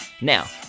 Now